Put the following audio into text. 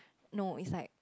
no it's like